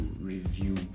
review